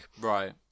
Right